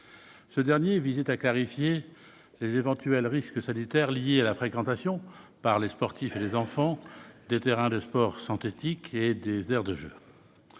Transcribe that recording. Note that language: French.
Ce dernier visait à clarifier les éventuels risques sanitaires liés à la fréquentation par les sportifs et les enfants des terrains de sport synthétiques et des aires de jeu.